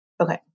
Okay